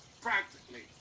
Practically